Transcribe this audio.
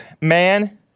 man